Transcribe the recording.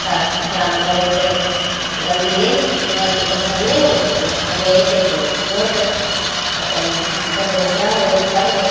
साफ सुथड़ामे रहै छै गंदगी नहि ने मच्छड़ नहि ने अयतै मच्छड़ नहि अयतै नहि किछु होतै अपन बढ़िआँ से रहबै करबै